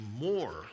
more